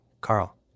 Carl